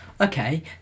Okay